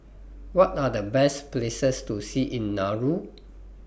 What Are The Best Places to See in Nauru